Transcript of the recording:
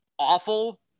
awful